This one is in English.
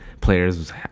Players